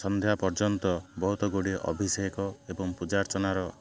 ସନ୍ଧ୍ୟା ପର୍ଯ୍ୟନ୍ତ ବହୁତ ଗୁଡ଼ିଏ ଅଭିଷେକ ଏବଂ ପୂଜାର୍ଚ୍ଚନାର